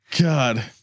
God